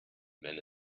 wenn